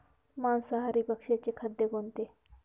मांसाहारी पक्ष्याचे खाद्य कोणते?